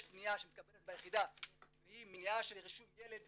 פניה שמתקבלת ביחידה והיא מניעה של רישום ילד,